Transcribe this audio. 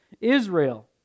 Israel